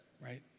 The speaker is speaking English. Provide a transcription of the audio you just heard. right